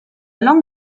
langue